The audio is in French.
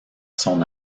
son